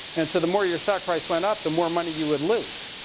and so the more your stock price went up the more money you would lose.